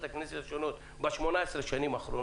ולכן אנחנו עובדים כבר הרבה שנים על חוק חדש שיחליף את החוק הקיים.